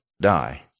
die